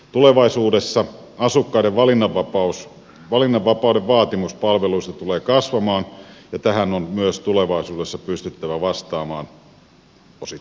tulevaisuudessa asukkaiden valinnanvapauden vaatimus palveluista tulee kasvamaan ja tähän on myös tulevaisuudessa pystyttävä vastaamaan osittain kuntarakenteella